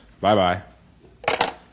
Bye-bye